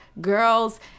girls